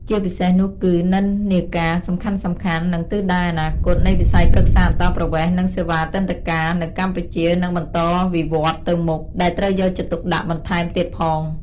ជាពិសេសនោះគឺ និន្នាការសំខាន់ៗ និងទិសដៅអនាគត នៃវិស័យប្រឹក្សាអន្តោប្រវេសន៍ និងសេវាទិដ្ឋាការនៅកម្ពុជានឹងបន្តវិវឌ្ឍន៍ទៅមុខ ដែលត្រូវយកចិត្តទុកដាក់បន្ថែមទៀតផង។